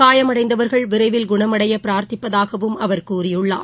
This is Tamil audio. காயமடைந்தவர்கள் விரைவில் குணமடையை பிரார்த்திப்பதாகவும் அவர் கூறியுள்ளார்